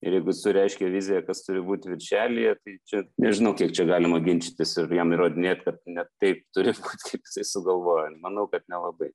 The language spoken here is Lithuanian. ir jeigu jis turi aiškią viziją kas turi būt virželyje tai čia nežinau kiek čia galima ginčytis ir jam įrodinėt kad ne taip turi kaip jisai sugalvojo manau kad nelabai